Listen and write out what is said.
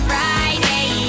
Friday